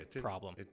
problem